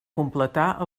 completar